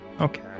Okay